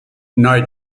neu